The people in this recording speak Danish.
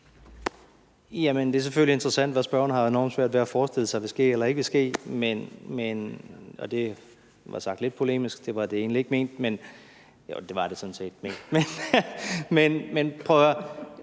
Det er selvfølgelig interessant, hvad spørgeren har enormt svært at forestille sig vil ske eller ikke vil ske. Og det var sagt lidt polemisk, men sådan var det egentlig ikke ment – eller jo, det var det sådan set. Men prøv at høre: